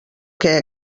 què